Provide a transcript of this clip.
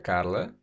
Carla